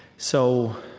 so,